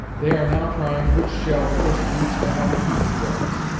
they are now trying which shall first reach the happy hunting grounds.